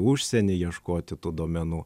užsienį ieškoti tų duomenų